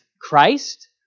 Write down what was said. Christ